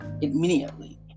immediately